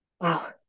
wow